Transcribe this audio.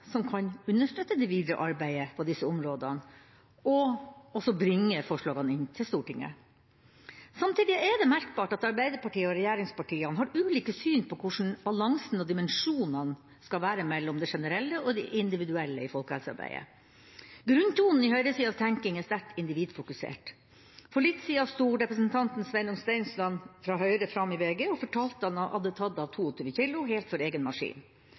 som kan understøtte det videre arbeidet på disse områdene, og også bringe forslagene inn til Stortinget. Samtidig er det merkbart at Arbeiderpartiet og regjeringspartiene har ulikt syn på hvordan balansen og dimensjonene mellom det generelle og det individuelle i folkehelsearbeidet. Grunntonen i høyresidas tenkning er sterkt individfokusert. For litt siden sto representanten Sveinung Stensland fra Høyre fram i VG og fortalte at han hadde tatt av 22 kg, helt for egen maskin.